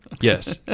Yes